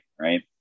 right